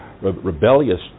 Rebellious